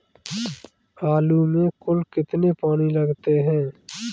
आलू में कुल कितने पानी लगते हैं?